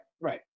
right